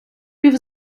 пів